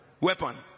weapon